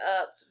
up